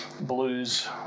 blues